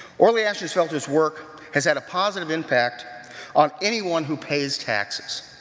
orley ashenfelter's work has had a positive impact on anyone who pays taxes,